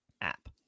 app